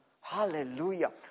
Hallelujah